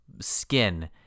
skin